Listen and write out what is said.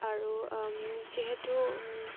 আৰু যিহেতু